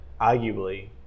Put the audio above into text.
arguably